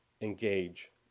engage